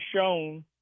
shown